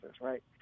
right